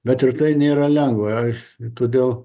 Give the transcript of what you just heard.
bet ir tai nėra lengva ir todėl